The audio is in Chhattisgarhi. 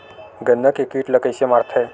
गन्ना के कीट ला कइसे मारथे?